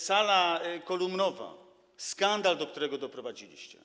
Sala kolumnowa, skandal, do którego doprowadziliście.